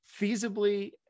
feasibly